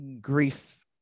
grief